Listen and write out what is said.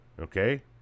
Okay